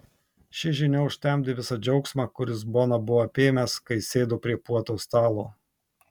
ši žinia užtemdė visą džiaugsmą kuris boną buvo apėmęs kai sėdo prie puotos stalo